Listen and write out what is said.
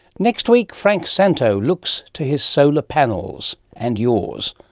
next week, frank szanto looks to his solar panels and yours.